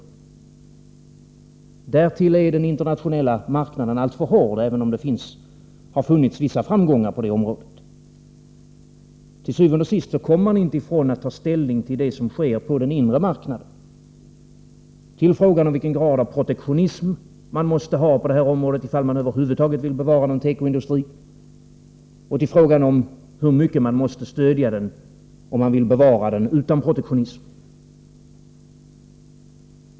Därtill är konkurrensen på den internationella marknaden alltför hård, även om det har funnits vissa framgångar på detta område. Til syvende og sidst måste man ta ställning till det som sker på den inre marknaden. Dit hör frågorna om vilken grad av protektionism som vi måste ha på detta område ifall vi över huvud taget vill bevara en tekoindustri och hur mycket vi måste stödja tekoindustrin om vi vill bevara den utan protektionism.